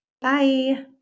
Bye